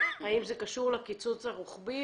האם זה קשור לקיצוץ הרוחבי,